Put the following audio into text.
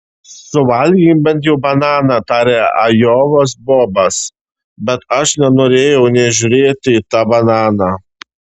suvalgyk bent jau bananą tarė ajovos bobas bet aš nenorėjau nė žiūrėti į tą bananą